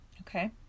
Okay